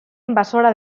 invasora